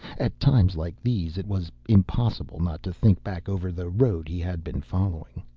at times like these, it was impossible not to think back over the road he had been following.